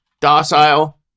Docile